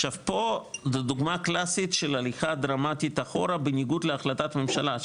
עכשיו פה זו דוגמא קלאסית של הליכה דרמטית אחורה בניגוד להחלטת ממשלה,